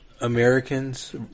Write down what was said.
Americans